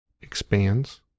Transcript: expands